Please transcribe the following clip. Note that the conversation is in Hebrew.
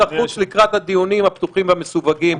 החוץ לקראת הדיונים הפתוחים והמסווגים.